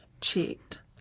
checked